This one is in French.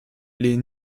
les